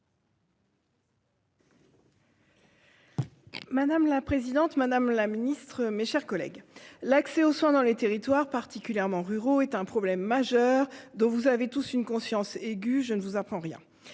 Madame la présidente, madame la ministre, mes chers collègues, l'accès aux soins dans les territoires, particulièrement ruraux, est un problème majeur dont vous avez tous une conscience aiguë- je ne vous apprends rien.